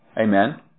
Amen